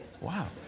Wow